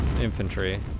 infantry